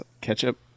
ketchup